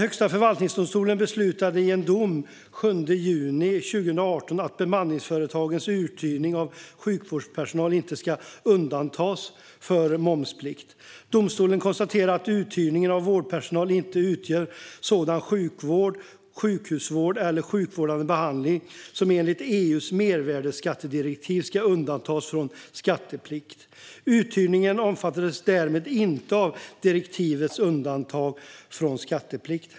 Högsta förvaltningsdomstolen beslutade i en dom den 7 juni 2018 att bemanningsföretags uthyrning av sjukvårdspersonal inte ska undantas från momsplikt. Domstolen konstaterade att uthyrning av vårdpersonal inte utgör sådan sjukvård, sjukhusvård eller sjukvårdande behandling som enligt EU:s mervärdesskattedirektiv ska undantas från skatteplikt. Uthyrningen omfattades därmed inte av direktivets undantag från skatteplikt.